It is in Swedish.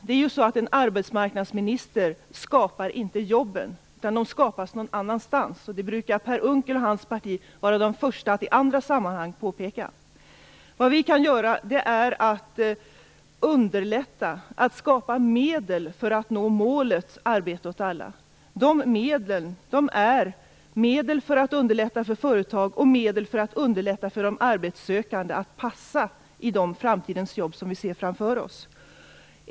En arbetsmarknadsminister skapar inte jobben. De skapas någon annanstans. Det brukar per Unckel och hans parti vara de första att påpeka i andra sammanhang. Vad vi kan göra är att underlätta och skapa medel för att nå målet arbete åt alla. De medlen är medel för att underlätta för företag och medel för att underlätta för de arbetssökande att passa i de framtidens jobb vi ser framför oss.